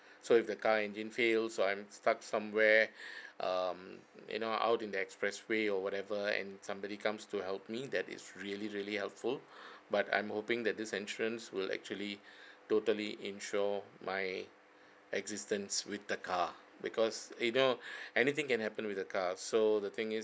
so if the car engine fails or I'm stuck somewhere um you know out in the expressway or whatever and somebody comes to help me that is really really helpful but I'm hoping that this insurance will actually totally insure my existence with the car because you know anything can happen with the car so the thing is